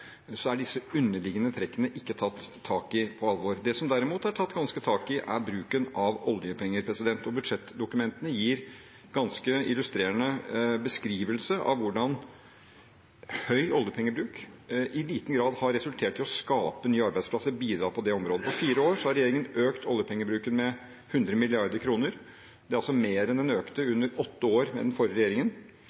er disse underliggende trekkene ikke tatt tak i på alvor. Det som derimot er tatt ganske tak i, er bruken av oljepenger. Budsjettdokumentene gir ganske illustrerende beskrivelse av hvordan høy oljepengebruk i liten grad har resultert i nye arbeidsplasser – bidratt på det området. På fire år har regjeringen økt oljepengebruken med 100 mrd. kr. Det er mer enn den økte i åtte år med den forrige regjeringen.